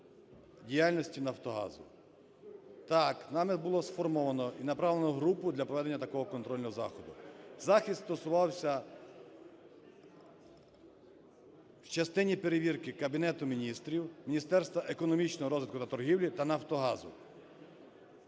діяльності "Нафтогазу". Так, нами було сформовано і направлено групу для проведення такого контрольного заходу. Захід стосувався в частині перевірки Кабінету Міністрів, Міністерства економічного розвитку та торгівлі та "Нафтогазу".